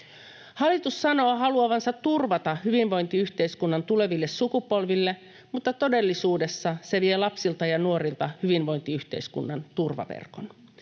Hallitus sanoo haluavansa turvata hyvinvointiyhteiskunnan tuleville sukupolville, mutta todellisuudessa se vie lapsilta ja nuorilta hyvinvointiyhteiskunnan turvaverkon.